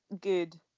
good